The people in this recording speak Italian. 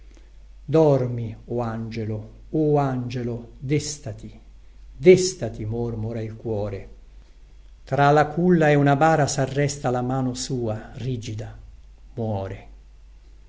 dormi o angelo o angelo déstati destati mormora il cuore tra la culla e una bara sarresta la mano sua rigida muore